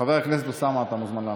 חבר הכנסת אוסאמה, אתה מוזמן לענות.